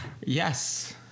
Yes